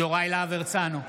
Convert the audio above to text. הרצנו,